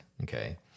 okay